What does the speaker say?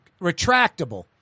retractable